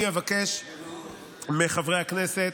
אני אבקש מחברי הכנסת,